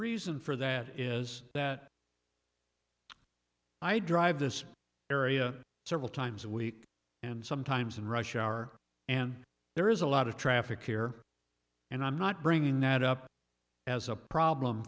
reason for that is that i drive this area several times a week and sometimes in rush hour and there is a lot of traffic here and i'm not bringing that up as a problem